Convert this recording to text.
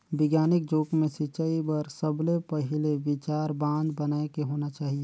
बिग्यानिक जुग मे सिंचई बर सबले पहिले विचार बांध बनाए के होना चाहिए